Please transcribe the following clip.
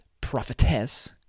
prophetess